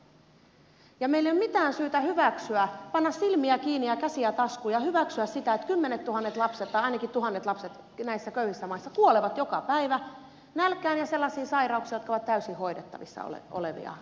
meillä ei ole mitään syytä panna silmiä kiinni ja käsiä taskuun ja hyväksyä sitä että kymmenettuhannet lapset tai ainakin tuhannet lapset näissä köyhissä maissa kuolevat joka päivä nälkään ja sellaisiin sairauksiin jotka ovat täysin hoidettavissa olevia asioita